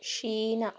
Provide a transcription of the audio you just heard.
Sheena